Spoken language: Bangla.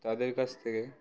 তাদের কাছ থেকে